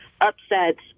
upsets